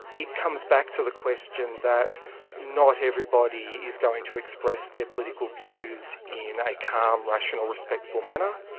it comes back to the question that not everybody is going to express their political views in a calm, rational, respectful manner.